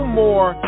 more